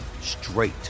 straight